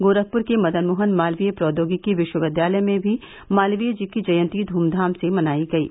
गोरखपुर के मदन मोहन मालवीय प्रौद्योगिक विश्वविद्यालय में भी मालवीय जी की जयंती ध्मधाम से मनायी गयी